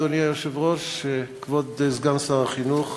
אדוני היושב-ראש, תודה, כבוד סגן שר החינוך,